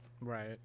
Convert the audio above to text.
Right